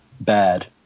bad